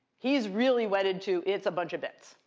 he is really wedded to, it's a bunch of bits.